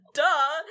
duh